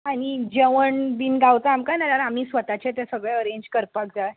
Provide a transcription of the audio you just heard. आनी जेवण बी गावता आमकां नाजाल्यार आमी स्वताचें तें सगळें अरेंज करपाक जाय